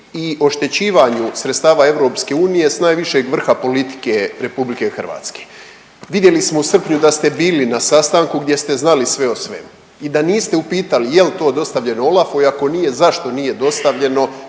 i oštećivanju sredstava EU s najvišeg vrha politike RH. Vidjeli smo u srpnju da ste bili na sastanku gdje ste znali sve o svemu i da niste upitali jel to dostavljeno OLAF-u i ako nije zašto nije dostavljeno,